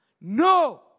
No